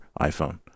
iPhone